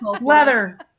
Leather